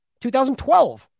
2012